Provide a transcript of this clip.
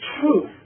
truth